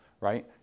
right